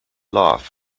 laugh